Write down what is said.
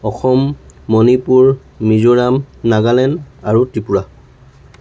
অসম মণিপুৰ মিজোৰাম নাগালেণ্ড আৰু ত্ৰিপুৰা